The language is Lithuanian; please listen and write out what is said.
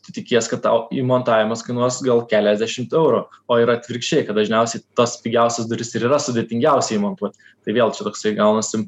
tu tikies kad tau įmontavimas kainuos gal keliasdešimt eurų o yra atvirkščiai kad dažniausiai tas pigiausias duris ir yra sudėtingiausia įmontuot tai vėl čia toksai gaunasi